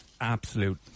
absolute